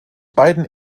beiden